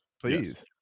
Please